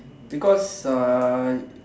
because I